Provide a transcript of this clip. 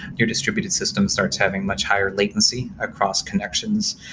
your distributed system starts having much higher latency across connections,